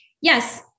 yes